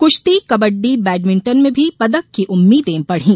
कृश्ती कबड़डी बैडमिंटन में भी पदक की उम्मीदें बढी